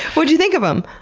what'd you think of em?